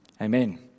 Amen